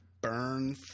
burn